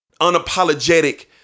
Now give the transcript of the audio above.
unapologetic